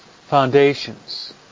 foundations